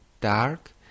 dark